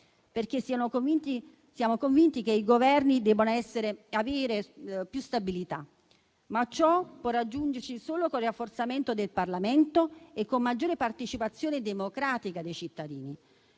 perché siamo convinti che i Governi debbano avere più stabilità. Questo risultato, però, può raggiungersi solo con il rafforzamento del Parlamento e con una maggiore partecipazione democratica dei cittadini.